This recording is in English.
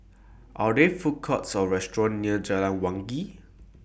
Are There Food Courts Or restaurants near Jalan Wangi